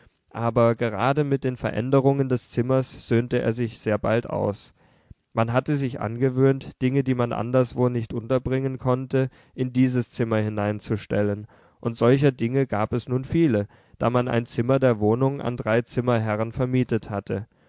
aber gerade mit den veränderungen des zimmers söhnte er sich sehr bald aus man hatte sich angewöhnt dinge die man anderswo nicht unterbringen konnte in dieses zimmer hineinzustellen und solcher dinge gab es nun viele da man ein zimmer der wohnung an drei zimmerherren vermietet hatte